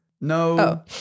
no